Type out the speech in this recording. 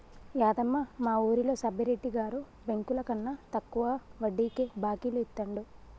యాదమ్మ, మా వూరిలో సబ్బిరెడ్డి గారు బెంకులకన్నా తక్కువ వడ్డీకే బాకీలు ఇత్తండు